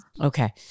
Okay